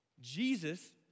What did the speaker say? Jesus